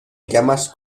llamas